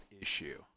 issue